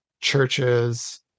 churches